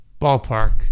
ballpark